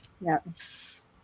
Yes